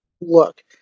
look